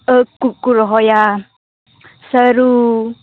ᱟᱺᱠ ᱠᱚᱠᱚ ᱨᱚᱦᱚᱭᱟ ᱥᱟᱹᱨᱩ